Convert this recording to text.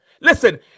Listen